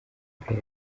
lopez